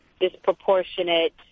disproportionate